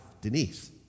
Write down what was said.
Denise